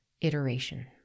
iteration